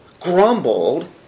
grumbled